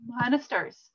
ministers